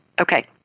Okay